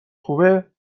خوبه